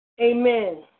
Amen